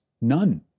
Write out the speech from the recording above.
none